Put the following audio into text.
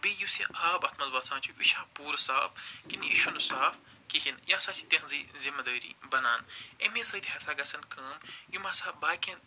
تہٕ بیٚیہِ یُس یہِ آب اتھ منٛز وَسان چھُ یہِ چھا پوٗرٕ صاف کِنۍ یہِ چھُنہٕ صاف کِہیٖنۍ یا سَہ چھِ تِہنٛزٕے زمدٲری بنان امی سۭتۍ ہسا گَژھن کٲم یِم ہسا باقین